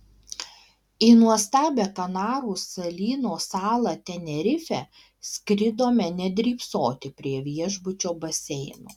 į nuostabią kanarų salyno salą tenerifę skridome ne drybsoti prie viešbučio baseino